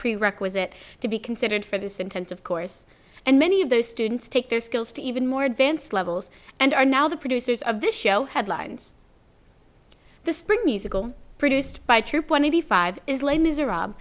prerequisite to be considered for this intensive course and many of those students take their skills to even more advanced levels and are now the producers of this show headlines the spring musical produced by troupe one of the five is les miserables